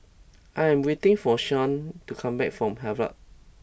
I am waiting for Shawnte to come back from Havelock